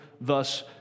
thus